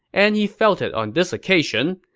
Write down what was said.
and he felt it on this occasion.